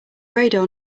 radar